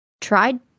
tried